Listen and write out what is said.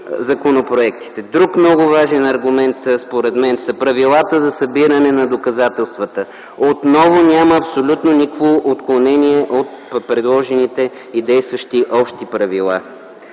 Друг много важен аргумент, според мен, са правилата за събиране на доказателствата. Отново няма абсолютно никакво отклонение от предложените и действащи общи правила.